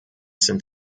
sind